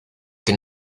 que